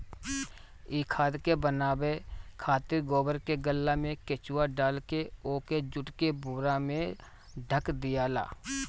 इ खाद के बनावे खातिर गोबर के गल्ला में केचुआ डालके ओके जुट के बोरा से ढक दियाला